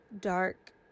dark